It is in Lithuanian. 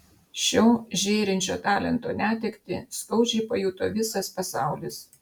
šio žėrinčio talento netektį skaudžiai pajuto visas pasaulis